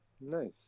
Nice